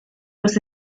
los